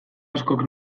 askok